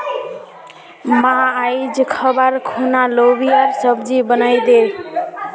मां, आइज खबार खूना लोबियार सब्जी बनइ दे